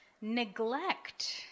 Neglect